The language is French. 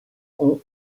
ont